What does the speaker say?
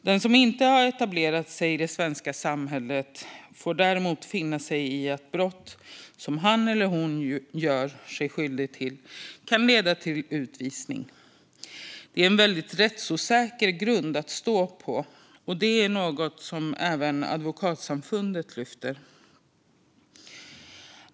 Den som inte har etablerat sig i det svenska samhället får däremot finna sig i att brott som han eller hon gör sig skyldig till kan leda till utvisning. Det är en väldigt rättsosäker grund att stå på, och det är också något som Advokatsamfundet lyfter fram.